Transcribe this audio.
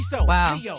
Wow